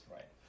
Right